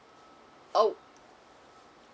oh